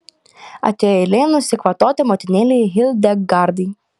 atėjo eilė nusikvatoti motinėlei hildegardai